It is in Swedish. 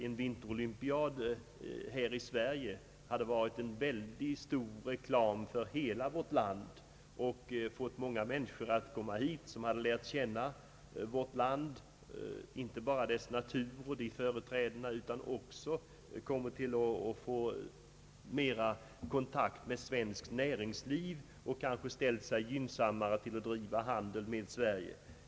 En vinterolympiad i Sverige hade inneburit en mycket god reklam för hela vårt land. Många människor skulle ha kommit hit och lärt känna vårt land, inte bara dess natur. De hade också fått en bättre kontakt med svenskt näringsliv och till följd därav blivit gynnsammare inställda i fråga om att driva handel med Sverige.